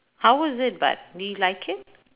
how was it but do you like it